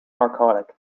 narcotic